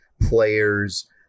players